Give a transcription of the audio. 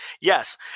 Yes